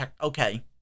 okay